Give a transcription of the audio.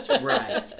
right